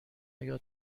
آیا